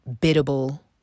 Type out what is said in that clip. biddable